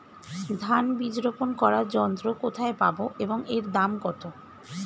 ধান বীজ রোপন করার যন্ত্র কোথায় পাব এবং এর দাম কত?